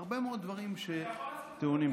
הרבה מאוד דברים שטעונים שיפור.